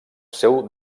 seu